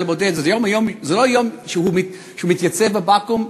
בודד זה לא היום שהוא מתייצב בבקו"ם,